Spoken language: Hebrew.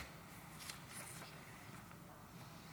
חבר הכנסת גלעד קריב,